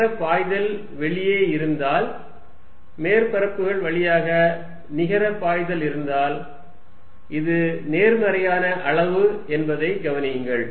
நிகர பாய்தல் வெளியே இருந்தால் மேற்பரப்புகள் வழியாக நிகர பாய்தல் இருந்தால் இது நேர்மறையான அளவு என்பதை கவனியுங்கள்